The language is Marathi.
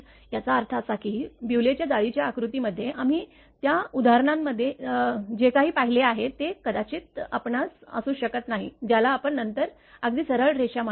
याचा अर्थ असा की ब्यूलेच्या जाळीच्या आकृत्यामध्ये आम्ही त्या उदाहरणामध्ये जे काही पाहिले आहे ते कदाचित आपणास असू शकत नाही ज्याला आपण नंतर अगदी सरळ रेषा म्हणाल